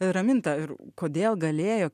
raminta kodėl galėjo